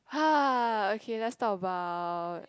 ah okay let's talk about